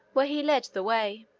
where he led the way.